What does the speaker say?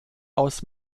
aus